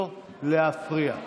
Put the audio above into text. לא להפריע.